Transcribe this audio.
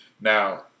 Now